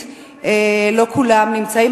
לא היו מתנגדים ולא היו נמנעים.